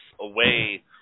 away